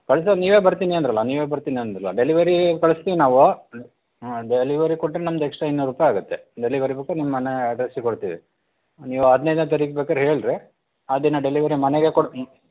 ಕಳಿಸೋದು ನೀವೇ ಬರ್ತೀನಿ ಅಂದ್ರಲ್ಲ ನೀವೇ ಬರ್ತೀನಿ ಅಂದ್ರಲ್ಲ ಡೆಲಿವರೀ ಕಳಿಸ್ತೀವಿ ನಾವು ಹ್ಞೂ ಡೆಲಿವರಿ ಕೊಟ್ರೆ ನಮ್ದು ಎಕ್ಸ್ಟ್ರಾ ಇನ್ನೂರ್ರುಪಾಯಿ ಆಗುತ್ತೆ ಡೆಲಿವರಿ ಬೇಕಾರೆ ನಿಮ್ಮನೇ ಅಡ್ರಸಿಗೆ ಕೊಡ್ತೀವಿ ನೀವು ಹದ್ನೈದನೇ ತಾರೀಕು ಬೇಕಾರೆ ಹೇಳ್ರಿ ಆ ದಿನ ಡೆಲಿವರಿ ಮನೆಗೆ ಕೊಡ್ತೀನಿ